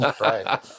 right